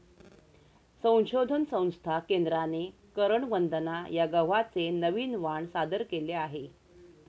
संशोधन संस्था केंद्राने करण वंदना या गव्हाचे नवीन वाण सादर केले आहे